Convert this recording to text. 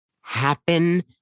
happen